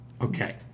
Okay